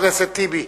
חבר הכנסת טיבי.